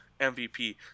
MVP